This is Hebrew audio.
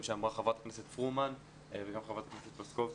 חה"כ פרומן וגם חה"כ פלוסקוב.